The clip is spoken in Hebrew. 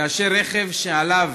כאשר רכב שעליו